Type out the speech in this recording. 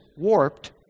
warped